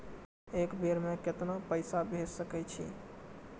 एक बेर में केतना पैसा भेज सके छी?